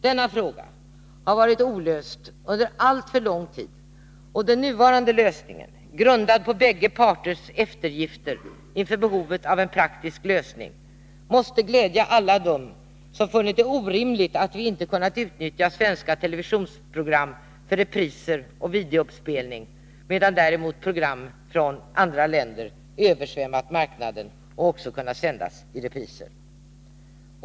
Denna fråga har varit olöst under alltför lång tid, och den nuvarande lösningen, grundad på bägge parters eftergifter inför behovet av en praktisk lösning, måste glädja alla dem som funnit det orimligt att vi inte kunnat utnyttja svenska televisionsprogram för repriser och videouppspelning, medan däremot program från andra länder översvämmat marknaden och även kunnat sändas i repris.